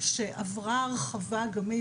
שעברה הרחבה אגמית,